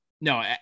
No